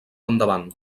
endavant